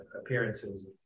appearances